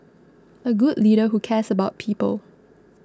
a good leader who cares about people